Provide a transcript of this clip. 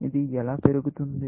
ఇది ఎలా పెరుగుతుంది